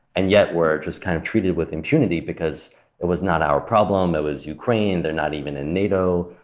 and yet we're just kind of treated with impunity because it was not our problem, it was ukraine. they're not even in nato.